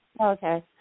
Okay